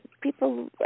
people